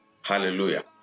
Hallelujah